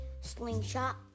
slingshot